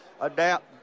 adapt